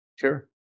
sure